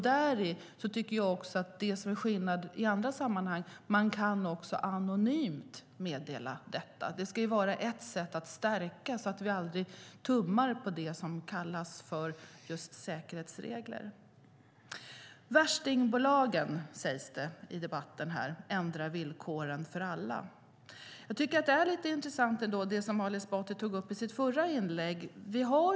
Det som är skillnaden mot andra sammanhang är att man också kan meddela detta anonymt. Det ska vara ett sätt att stärka det här, så att vi aldrig tummar på det som kallas för säkerhetsregler. Värstingbolagen ändrar villkoren för alla, sägs det i debatten. Jag tycker ändå att det som Ali Esbati tog upp i sitt förra inlägg är lite intressant.